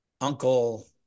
uncle